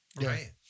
right